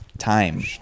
Time